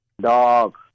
Dog